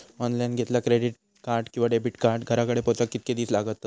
Online घेतला credit card किंवा debit card घराकडे पोचाक कितके दिस लागतत?